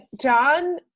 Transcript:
John